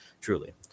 truly